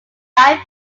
died